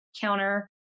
counter